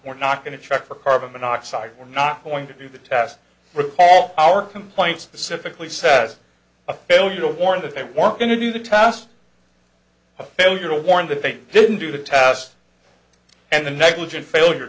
we're not going to check for carbon monoxide we're not going to do that task recall our complaint specifically says a failure to warn that they weren't going to do the task a failure to warn that they didn't do the test and the negligent failure